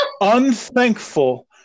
unthankful